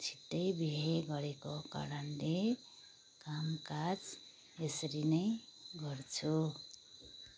छिट्टै बिहे गरेको कारणले कामकाज यसरी नै गर्छु